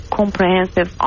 comprehensive